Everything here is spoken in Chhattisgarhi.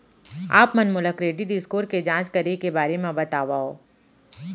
आप मन मोला क्रेडिट स्कोर के जाँच करे के बारे म बतावव?